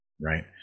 Right